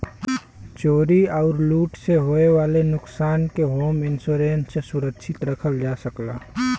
चोरी आउर लूट से होये वाले नुकसान के होम इंश्योरेंस से सुरक्षित रखल जा सकला